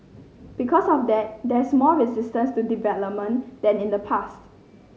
because of that there's more resistance to development than in the past